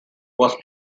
was